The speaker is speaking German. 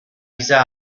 dieser